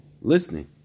listening